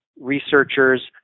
researchers